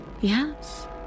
Yes